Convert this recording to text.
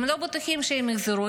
הם לא בטוחים שאם יחזרו,